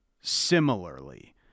similarly